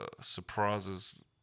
surprises